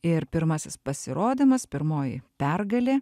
ir pirmasis pasirodymas pirmoji pergalė